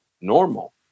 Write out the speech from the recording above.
normal